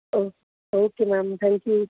O okay ma'am thank you